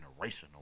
generational